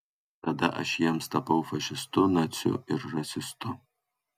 tada aš jiems tapau fašistu naciu ir rasistu